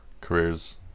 Careers